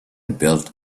built